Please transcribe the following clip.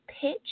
Pitch